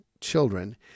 children